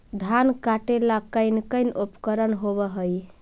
धान काटेला कौन कौन उपकरण होव हइ?